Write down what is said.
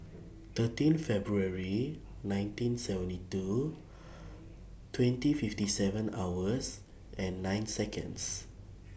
thirteen February nineteen seventy two twenty fifty seven hours nine Seconds